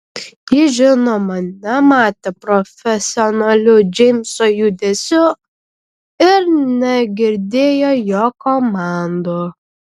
ji žinoma nematė profesionalių džeimso judesių ir negirdėjo jo komandų